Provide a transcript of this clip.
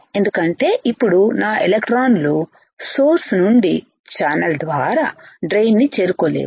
ఎందుకంటే ఇప్పుడు నా ఎలక్ట్రాన్లు సోర్స్ నుండి ఛానల్ ద్వారా డ్రైన్ ని చేరుకోలేవు